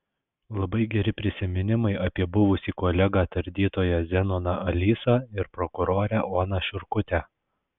labai geri prisiminimai apie buvusį kolegą tardytoją zenoną alysą ir prokurorę oną šiurkutę